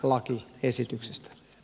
arvoisa puhemies